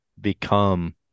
become